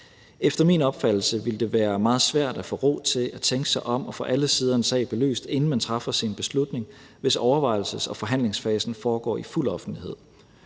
Efter min opfattelse ville det være meget svært at få ro til at tænke sig om og få alle sider af en sag belyst, inden man træffer sin beslutning, hvis overvejelses- og forhandlingsfasen foregår i fuld offentlighed.